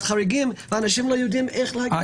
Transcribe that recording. חריגים ואנשים לא יודעים איך לפנות.